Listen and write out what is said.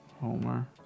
Homer